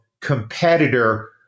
competitor